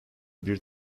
bir